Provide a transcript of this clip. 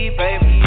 baby